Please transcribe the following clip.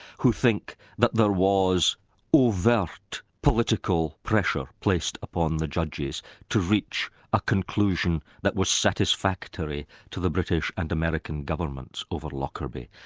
who think that there was overt political pressure placed upon the judges to reach a conclusion that was satisfactory to the british and american governments over lockerbie.